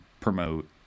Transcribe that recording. promote